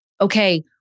okay